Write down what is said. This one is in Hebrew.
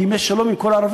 כי אם יש שלום עם כל הערבים,